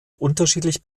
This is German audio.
unterschiedlich